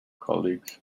colleagues